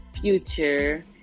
Future